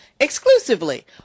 exclusively